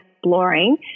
exploring